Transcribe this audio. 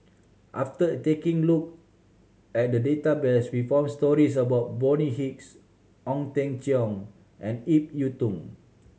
after taking look at the database we found stories about Bonny Hicks Ong Teng Cheong and Ip Yiu Tung